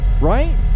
Right